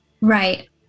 right